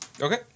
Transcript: Okay